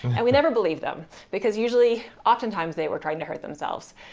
i would never believe them, because usually, oftentimes they were trying to hurt themselves.